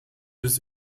des